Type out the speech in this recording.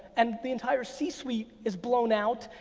and the entire c suite is blown out,